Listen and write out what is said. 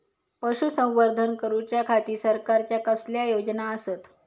पशुसंवर्धन करूच्या खाती सरकारच्या कसल्या योजना आसत?